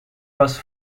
was